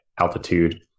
Altitude